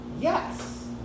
Yes